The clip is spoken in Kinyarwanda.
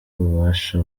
ububasha